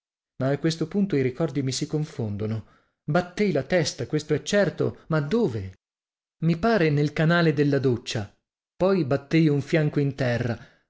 ma a questo punto i ricordi mi si confondono battei la testa questo è certo ma dove i pare nel canale della doccia poi battei un fianco in terra